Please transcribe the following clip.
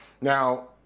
Now